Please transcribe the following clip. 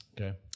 Okay